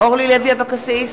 אורלי לוי אבקסיס,